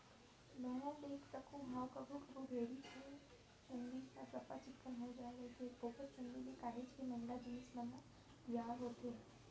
मैंहर देखें तको हंव कभू कभू भेड़ी के चंूदी ह सफ्फा चिक्कन हो जाय रहिथे ओखर चुंदी ले काहेच के महंगा जिनिस मन ह तियार होथे